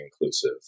inclusive